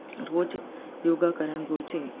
रोज़ु योगा करण घुरिजे